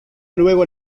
luego